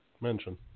mention